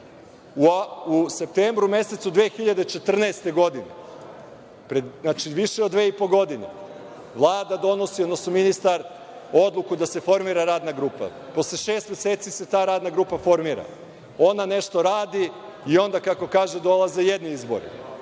U septembru mesecu 2014. godine, znači, više od dve i po godine, Vlada donosi, odnosno ministar odluku da se formira radna grupa. Posle šest meseci se ta radna grupa formira. Ona nešto radi i onda kako kaže dolaze jedni izbori,